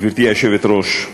גברתי היושבת-ראש,